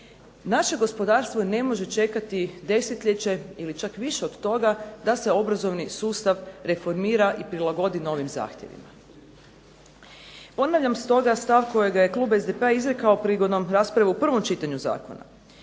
Naše gospodarstvo ne može čekati desetljeće ili čak više od toga da se obrazovni sustav reformira i prilagodi novim zahtjevima. Ponavljam stoga stav kluba SDP-a kojega je izrekao prigodom rasprave u prvom čitanju zakona.